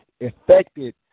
affected